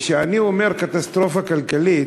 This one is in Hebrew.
וכשאני אומר קטסטרופה כלכלית,